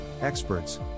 experts